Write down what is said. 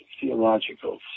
theological